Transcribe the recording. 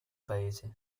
paese